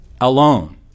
alone